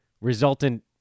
resultant